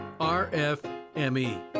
RFME